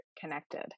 connected